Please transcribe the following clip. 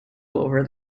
over